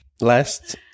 Last